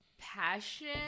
passion